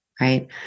Right